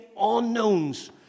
unknowns